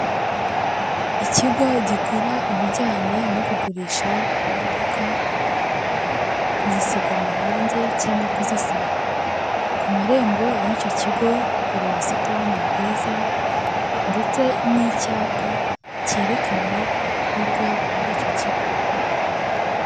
Ikigo gikora ibijyanye no kugurisha imodoka kuzisiga amarange cyangwa kuzisana, ku marembo y'icyo kigo hari ubusitani bwiza ndetse n'icyapa cyerekana ibikorwa muri icyo kigo.